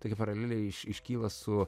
tokia paralelė iš iškyla su